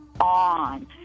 on